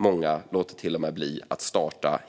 Många låter till och med bli att starta